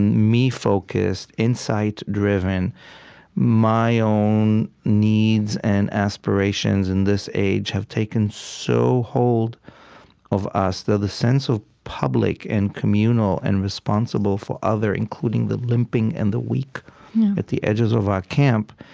me-focused, insight-driven, my own needs and aspirations in this age have taken so hold of us that the sense of public and communal and responsible-for-other, including the limping and the weak at the edges of our camp,